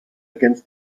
against